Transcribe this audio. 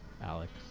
Alex